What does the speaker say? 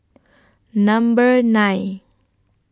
Number nine